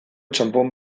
txanpon